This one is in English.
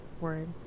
word